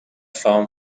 farm